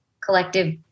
collective